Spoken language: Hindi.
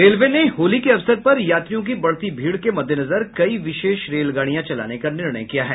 रेलवे ने होली के अवसर पर यात्रियों की बढ़ती भीड़ के मद्देनजर कई विशेष रेलगाड़ियां चलाने का निर्णय किया है